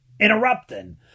Interrupting